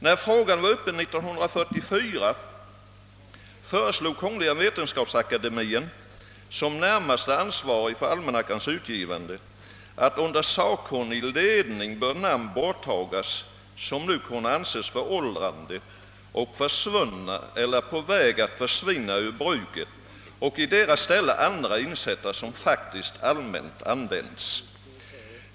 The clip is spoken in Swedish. När denna fråga var uppe 1944 föreslog Vetenskapsakademien, som närmast är ansvarig för almanackans utgivande, att »under sakkunnig ledning bör namn borttagas, som nu kunna anses föråldrade och försvunna eller på väg att försvinna ur bruket och i deras ställe andra insättas, som faktiskt allmänt används».